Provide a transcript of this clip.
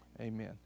amen